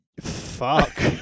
fuck